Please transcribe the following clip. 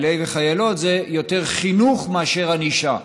זה יותר חינוך מאשר ענישה.